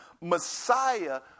Messiah